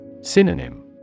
Synonym